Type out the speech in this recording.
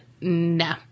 no